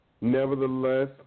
nevertheless